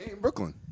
Brooklyn